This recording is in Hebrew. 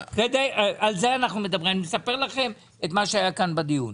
אני מספר לכם את מה שהיה כאן בדיון.